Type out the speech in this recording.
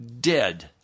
dead